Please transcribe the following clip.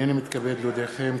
הנני מתכבד להודיעכם,